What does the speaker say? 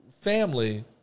family